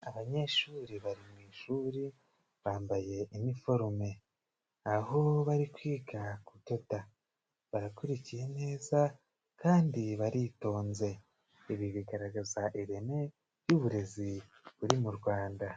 Abanyeshuri bari mu ishuri, bambaye eniforume aho bari kwiga kudoda, barakurikiye neza kandi baritonze, ibi bigaragaza ireme ry'uburezi buri mu rwanda.